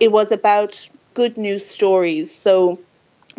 it was about good news stories, so